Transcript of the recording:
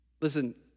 Listen